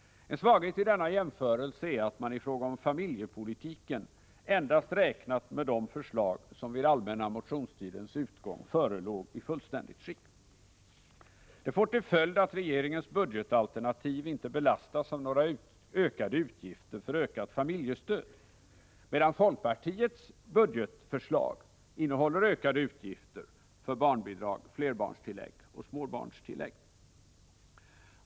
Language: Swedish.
En svaghet i denna jämförelse är att man i fråga om familjepolitiken endast räknat med de förslag som vid allmänna motionstidens utgång förelåg i fullständigt skick. Det får till följd att regeringens budgetalternativ inte belastas av några ökade utgifter för familjestöd, medan folkpartiets budgetförslag innehåller ökade utgifter för barnbidrag, flerbarnstillägg och småbarnstillägg.